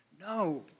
no